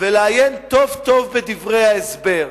ולעיין טוב טוב בדברי ההסבר.